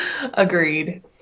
Agreed